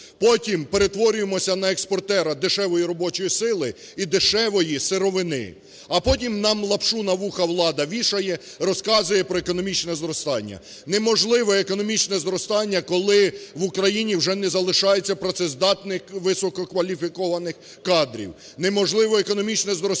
потім перетворюємося на експортера дешевої робочої сили і дешевої сировини, а потім нам лапшу на вуха влада вішає, розказує про економічне зростання. Неможливе економічне зростання, коли в Україні вже не залишається працездатних висококваліфікованих кадрів, неможливе економічне зростання,